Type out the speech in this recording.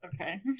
Okay